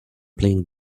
playing